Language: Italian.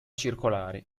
circolare